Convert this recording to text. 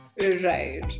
right